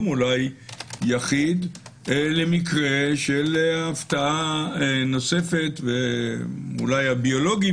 אולי יחיד למקרה של הפתעה נוספת ואולי הביולוגים